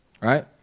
Right